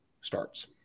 starts